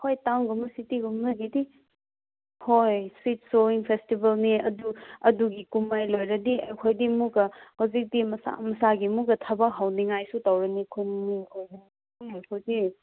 ꯍꯣꯏ ꯇꯥꯎꯟꯒꯨꯝꯕ ꯁꯤꯇꯤꯒꯨꯝꯕꯒꯗꯤ ꯍꯣꯏ ꯁꯤꯠ ꯁꯣꯋꯤꯡ ꯐꯦꯁꯇꯤꯕꯦꯜꯅꯤ ꯑꯗꯨ ꯑꯗꯨꯒꯤ ꯀꯨꯝꯃꯩ ꯂꯣꯏꯔꯗꯤ ꯑꯩꯈꯣꯏꯗꯤ ꯑꯃꯨꯛꯀ ꯍꯧꯖꯤꯛꯇꯤ ꯃꯁꯥ ꯃꯁꯥꯒꯤ ꯑꯃꯨꯛꯀ ꯊꯕꯛ ꯍꯧꯅꯤꯡꯉꯥꯏꯁꯨ ꯇꯧꯔꯅꯤ ꯈꯨꯟꯈꯣꯏꯅ ꯑꯗꯨꯝ ꯃꯈꯣꯏꯒꯤ